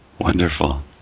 wonderful